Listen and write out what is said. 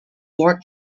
lord